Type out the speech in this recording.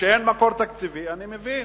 כשאין מקור תקציבי, אני מבין,